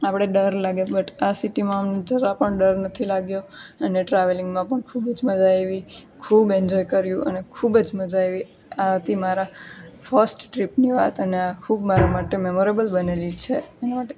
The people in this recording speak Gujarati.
આપણે ડર લાગે બટ આ સિટીમાં જરા પણ ડર નથી લાગ્યો અને ટ્રાવેલિંગમાં પણ ખૂબ જ મજા આવી ખૂબ એન્જોય કર્યું અને ખૂબ જ મજા આવે આ હતી મારા ફર્સ્ટ ટ્રીપની વાત અને આ ખૂબ મારા માટે મેમરેબલ બનાવી છે એની માટે